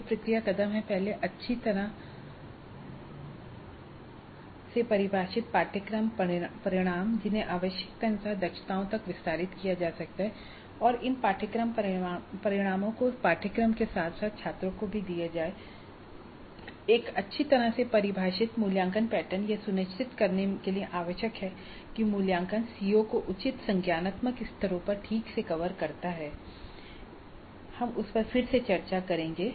ये प्रक्रिया कदम हैं पहले अच्छी तरह से परिभाषित पाठ्यक्रम परिणाम जिन्हें आवश्यकतानुसार दक्षताओं तक विस्तारित किया जा सकता है और इन पाठ्यक्रम परिणामों को पाठ्यक्रम के साथ साथ छात्रों को भी जाए एक अच्छी तरह से परिभाषित मूल्यांकन पैटर्न यह सुनिश्चित करने के लिए आवश्यक है कि मूल्यांकन सीओ को उचित संज्ञानात्मक स्तरों पर ठीक से कवर करता है हम उस पर फिर से चर्चा करेंगे